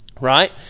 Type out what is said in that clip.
right